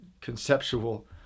conceptual